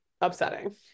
upsetting